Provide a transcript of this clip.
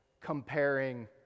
comparing